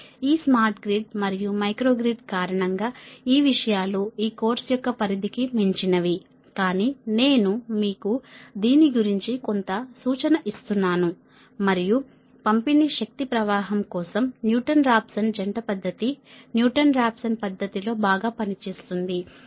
ఈ smart grid మరియు micro grid కారణంగా ఈ విషయాలు ఈ కోర్సు యొక్క పరిధికి మించినవి కాని నేను మీకు దీని గురించి కొంత సూచన ఇస్తున్నాను మరియు పంపిణీ శక్తి ప్రవాహం కోసం న్యూటన్ రాప్సన్ జంట పద్ధతి న్యూటన్ రాప్సన్ పద్ధతిలో బాగా పనిచేస్తుంది